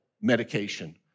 medication